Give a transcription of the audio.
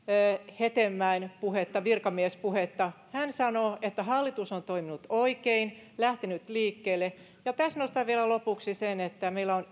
hetemäen puhetta virkamiespuhetta hän sanoo että hallitus on toiminut oikein lähtenyt liikkeelle tässä nostan vielä lopuksi sen että meillä on